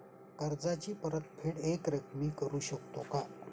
कर्जाची परतफेड एकरकमी करू शकतो का?